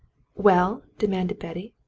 well? demanded betty.